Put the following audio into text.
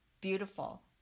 beautiful